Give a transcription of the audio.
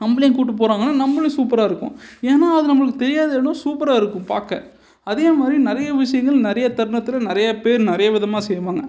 நம்மளையும் கூப்பிட்டு போகறாங்கன்னா நம்பளும் சூப்பராக இருப்போம் ஏன்னா அது நம்மளுக்கு தெரியாது ஏன்னா சூப்பராக இருக்கும் பார்க்க அதே மாதிரி நிறைய விஷயங்கள் நிறைய தருணத்தில் நிறைய பேர் நிறைய விதமாக செய்வாங்க